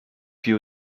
puis